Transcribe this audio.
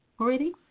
already